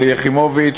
שלי יחימוביץ,